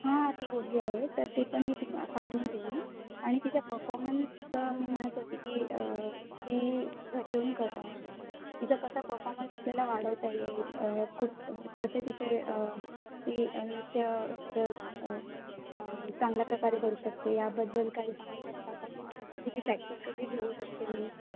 हां ती बोलली आहे तर ते पण मी तुमा पाठवून देईन आणि तिच्या पफॉर्मन्सचं मी म्हणत होती की ती घरी येऊन क तिचा कसा परफॉर्मन्स आपल्याला वाढवता येईल खूप कसे तिचे ती नृत्य च चांगल्या प्रकारे बनू शकते याबद्दल काही सांगू शकता का तिची प्रॅक्टिस कशी घेऊ शकते मी